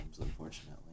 unfortunately